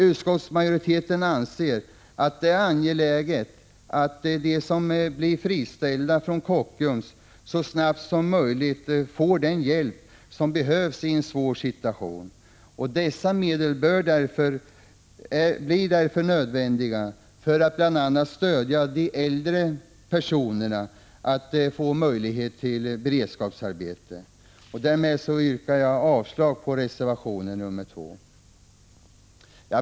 Utskottsmajoriteten anser att det är angeläget att de som friställs från Kockums så snabbt som möjligt får den hjälp som behövs i en svår situation. Dessa medel blir därför nödvändiga för att bl.a. hjälpa de äldre personerna att få möjlighet till beredskapsarbete. Därmed yrkar jag avslag på reservation 2.